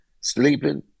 sleeping